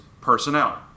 personnel